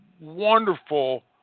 wonderful